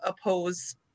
oppose